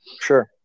Sure